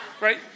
right